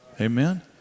Amen